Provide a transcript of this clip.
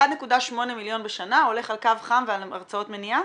1.8 מיליון בשנה הולך על קו חם ועל הרצאות מניעה?